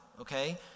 okay